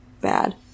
bad